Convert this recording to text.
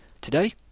today